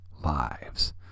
lives